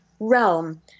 realm